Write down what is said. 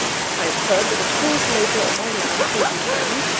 if i had heard that the poorest labourer on my land called you friend,